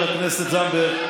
חברת הכנסת תמר זנדברג,